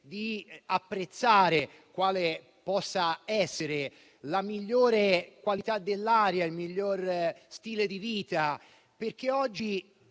di apprezzare quale possa essere la migliore qualità dell'aria, il miglior stile di vita, perché oggi